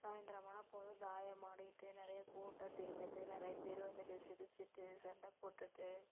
சாயந்தரம் ஆனால் போதும் தாயம் ஆடிகிட்டு நிறைய கூட்ட சேர்ந்துட்டு நிறைய பேர் வந்துட்டு சிரிச்சிட்டு சண்டை போட்டுட்டு